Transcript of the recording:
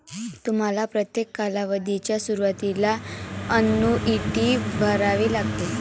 तुम्हाला प्रत्येक कालावधीच्या सुरुवातीला अन्नुईटी भरावी लागेल